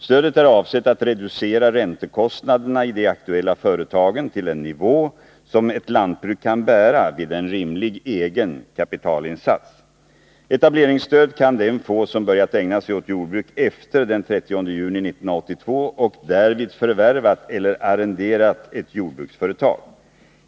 Stödet är avsett att reducera räntekostnaderna i de aktuella företagen till en nivå som ett lantbruk kan bära vid en rimlig egen kapitalinsats. Etableringsstöd kan den få som börjat ägna sig åt jordbruk efter den 30 juni 1982 och därvid förvärvat eller arrenderat ett jordbruksföretag.